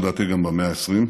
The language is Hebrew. לדעתי גם במאה ה-20,